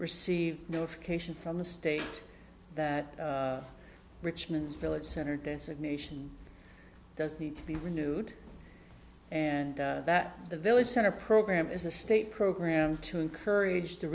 received notification from the state that richmond's village center designation doesn't need to be renewed and that the village center program is a state program to encourage the